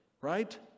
right